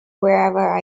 wherever